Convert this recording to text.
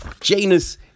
Janus